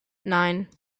nine